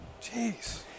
Jeez